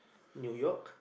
New York